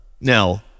Now